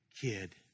kid